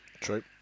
True